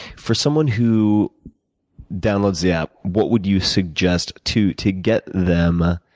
for someone who downloads the app, what would you suggest to to get them